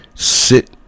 Sit